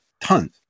tons